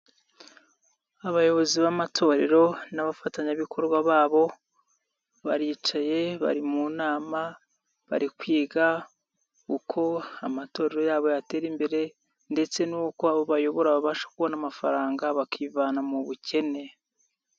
Abayobozi b'amatorero n'abafatanyabikorwa babo baricaye bari mu nama bari kwiga uko amatorero yabo yatera imbere ndetse n'uko abo bayobora babasha kubona amafaranga bakivana mu bukene.